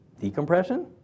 Decompression